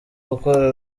gukora